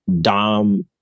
Dom